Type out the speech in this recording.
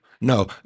No